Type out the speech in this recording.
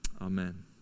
Amen